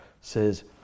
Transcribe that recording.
says